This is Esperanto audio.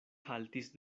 haltis